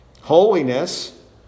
Holiness